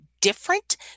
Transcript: different